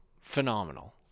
phenomenal